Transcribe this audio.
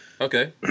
okay